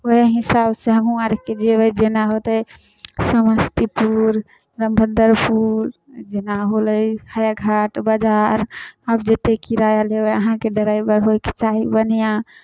उएह हिसाबसँ हमहूँ आर के जयबै जेना होतै समस्तीपुर रामभदरपुर जेना होलै हायाघाट बाजार अब जतेक किराया लेबै अहाँके ड्राइवर होयके चाही बढ़िआँ